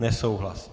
Nesouhlas.